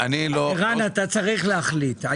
ערן, אתה צריך להחליט.